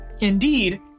Indeed